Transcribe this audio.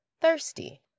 thirsty